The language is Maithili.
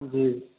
जी